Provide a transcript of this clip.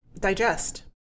digest